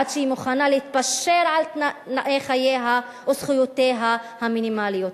עד שהיא מוכנה להתפשר על תנאי חייה וזכויותיה המינימליות.